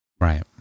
Right